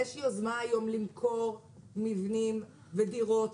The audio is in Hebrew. יש יוזמה היום למכור מבנים ודירות